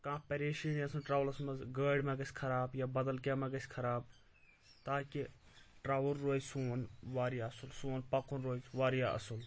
کانہہ پریشٲنی ٲس نہٕ ٹریٚولس منٛز گٲڑۍ ما گژھِ خراب یا بدل کینہہ ما گژھِ خراب تاکہِ ٹریٚوٕل روزِ سون واریاہ اصل سون پکُن روزِ واریاہ اصل